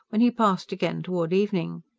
when he passed again toward evening.